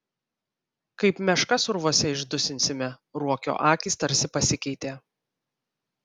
kaip meškas urvuose išdusinsime ruokio akys tarsi pasikeitė